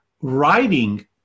Writing